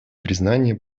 признания